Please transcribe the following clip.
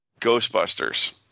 Ghostbusters